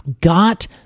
got